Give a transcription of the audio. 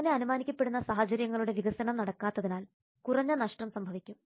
അങ്ങനെ അനുമാനിക്കപ്പെടുന്ന സാഹചര്യങ്ങളുടെ വികസനം നടക്കാത്തതിനാൽ കുറഞ്ഞ നഷ്ടം സംഭവിക്കും